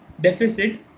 deficit